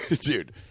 Dude